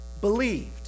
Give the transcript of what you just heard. Believed